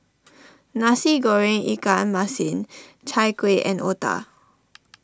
Nasi Goreng Ikan Masin Chai Kueh and Otah